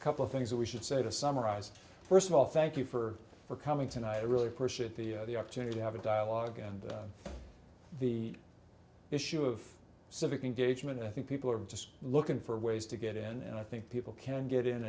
couple things that we should say to summarize first of all thank you for for coming tonight i really appreciate the the opportunity to have a dialogue and the issue of civic engagement i think people are just looking for ways to get in and i think people can get in